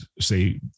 say